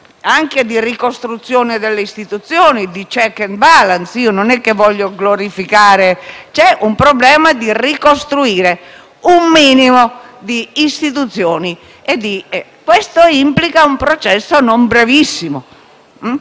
anche di ricostruzione delle istituzioni, di *check and balance*. Io non voglio glorificare ma esiste il problema della ricostruzione di un minimo di istituzioni. Questo implica un processo non brevissimo.